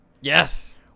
Yes